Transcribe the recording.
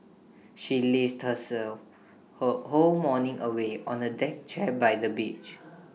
she lazed her whole morning away on A deck chair by the beach